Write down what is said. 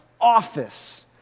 office